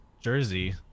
jersey